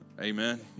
Amen